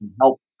help